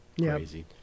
crazy